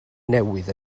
newydd